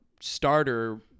starter